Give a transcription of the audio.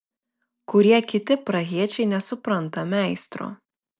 kurie kiti prahiečiai nesupranta meistro